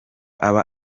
aba